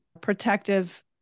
protective